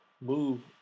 move